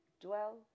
dwell